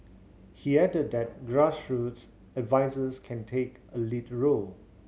he added that grassroots advisers can take a lead role